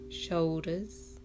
shoulders